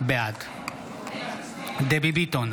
בעד דבי ביטון,